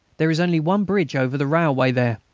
there is only one bridge over the railway there,